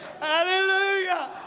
Hallelujah